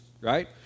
right